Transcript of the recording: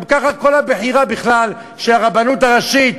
גם כך כל הבחירה בכלל של הרבנות הראשית,